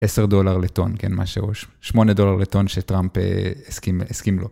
10 דולר לטון, כן? 8 דולר לטון שטראמפ הסכים לו.